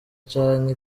canke